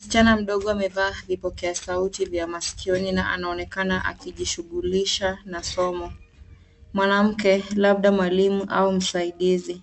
Msichana mdogo amevaa vipokea sauti vya masikioni na anaonekana akijishughulisha na somo. Mwanamke, labda mwalimu au msaidizi